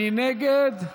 מי נגד?